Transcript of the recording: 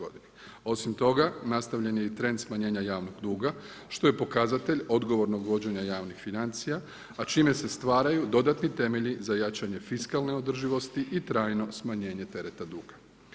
Osim toga nastavljen je trend smanjenja javnog duga, što je pokazatelj odgovornog vođenja javnih financija, a čime se stvaraju dodatni temelji za jačanje fiskalne održivosti i trajno smanjenje tereta duga.